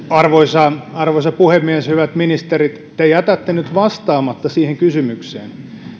arvoisa arvoisa puhemies hyvät ministerit te jätätte nyt vastaamatta siihen kysymykseen